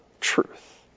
truth